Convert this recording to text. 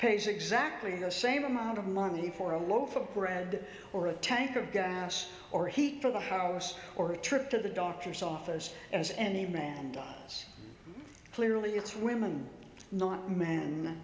pays exactly the same amount of money for a loaf of bread or a tank of gas or heat for the house or a trip to the doctor's office as any man dies clearly it's women not men